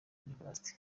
university